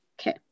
Okay